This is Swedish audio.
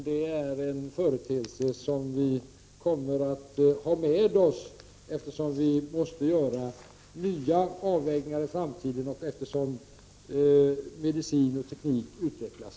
Den är en företeelse som vi kommer att ha kvar, eftersom vi måste göra nya avvägningar i framtiden allteftersom medicin och teknik utvecklas.